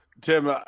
Tim